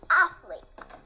athlete